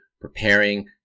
preparing